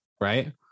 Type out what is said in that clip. Right